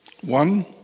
One